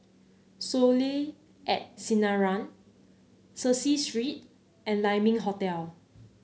Soleil at Sinaran Cecil Street and Lai Ming Hotel